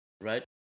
Right